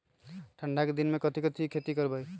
ठंडा के दिन में कथी कथी की खेती करवाई?